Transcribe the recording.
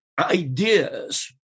ideas